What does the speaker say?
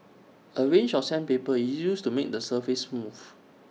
A range of sandpaper is used to make the surface smooth